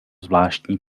zvláštní